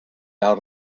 out